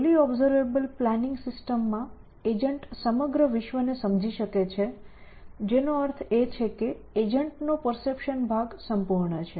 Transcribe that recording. ફૂલી observable planning system માં agent સમગ્ર વિશ્વને સમજી શકે છે જેનો અર્થ એ છે કે એજન્ટનો પરસેપ્શન ભાગ સંપૂર્ણ છે